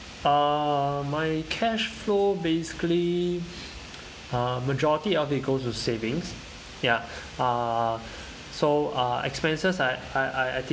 uh my cash flow basically uh majority of it goes to savings ya uh so uh expenses like I I I think